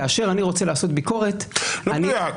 כאשר אני רוצה לעשות ביקורת --- לא מדויק.